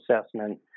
assessment